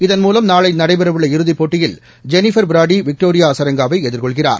இதன்மூலம் நாளை நடைபெறவுள்ள இறுதிப் போட்டியில் ஜெனிஃபர் பிராடி விக்டோரியா அசரெங்காவை எதிர்கொள்கிறார்